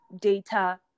data